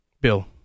bill